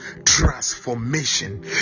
transformation